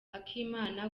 akimara